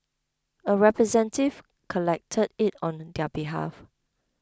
a representative collected it on behalf